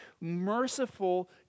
merciful